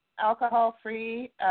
alcohol-free